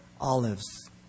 olives